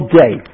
day